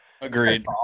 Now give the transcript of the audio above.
Agreed